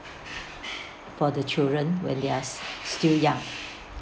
for the children when they are st~ still young